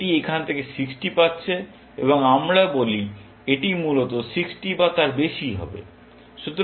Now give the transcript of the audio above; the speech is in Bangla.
এটি এখান থেকে 60 পাচ্ছে এবং আমরা বলি এটি মূলত 60 বা তার বেশি